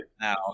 Now